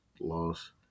loss